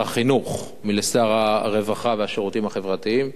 החינוך מלשר הרווחה והשירותים החברתיים,